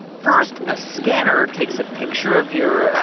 first, a scanner takes a picture of your.